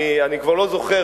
אני כבר לא זוכר.